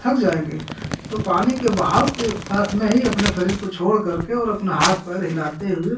थक जाएँगे तो पानी के बहाव के साथ में ही अपने शरीर को छोड़ करके और अपने हाथ पैर हिलाते हुए